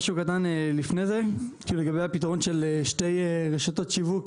משהו קטן לפני זה לגבי הפתרון של שתי רשתות שיווק.